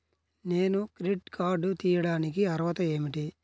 నేను credit card తీయడానికి అర్హత ఏమిటి?